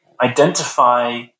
identify